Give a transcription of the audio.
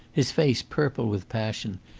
his face purple with passion,